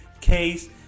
case